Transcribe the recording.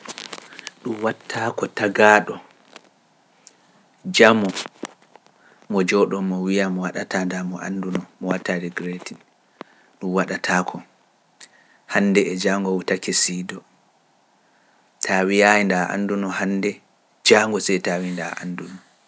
Ɗum wattaako tagaaɗo, jammo, mo jooɗo, mo wi’a mo waɗataa nda mo annduno, mo wattaade gureti, ɗum waɗataako hande e jango Wuutake-Siido, tawi yaay nda annduno hande jango sey tawi nda annduno.